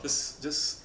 just just